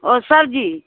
वो सब्ज़ी